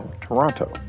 Toronto